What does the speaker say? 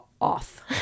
off